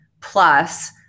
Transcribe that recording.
plus